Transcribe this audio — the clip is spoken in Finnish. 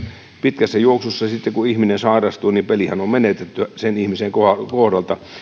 pitkässä juoksussa sitten kun ihminen sairastuu pelihän on menetetty sen ihmisen kohdalla